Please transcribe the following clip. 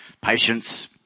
patience